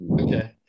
Okay